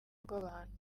rw’abantu